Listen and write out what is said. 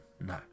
No